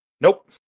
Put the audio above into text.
Nope